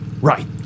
Right